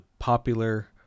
popular